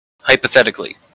Hypothetically